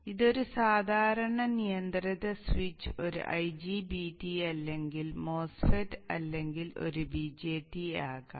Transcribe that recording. അതിനാൽ ഇതൊരു സാധാരണ നിയന്ത്രിത സ്വിച്ച് ഒരു IGBT അല്ലെങ്കിൽ MOSFET അല്ലെങ്കിൽ ഒരു BJT ആകാം